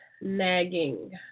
nagging